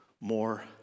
more